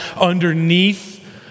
underneath